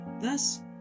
Thus